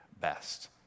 best